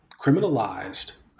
criminalized